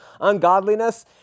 ungodliness